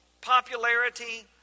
popularity